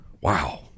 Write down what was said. Wow